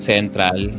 Central